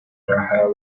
hair